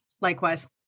Likewise